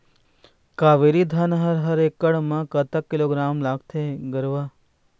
कावेरी धान हर एकड़ म कतक किलोग्राम लगाथें गरवा?